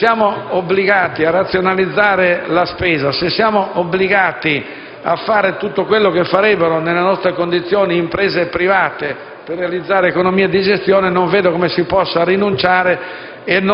se siamo obbligati a razionalizzare la spesa, se siamo obbligati a fare tutto quello che farebbero nelle nostre condizioni imprese private per realizzare economie di gestione, non vedo come si possa rinunciarvi